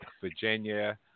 Virginia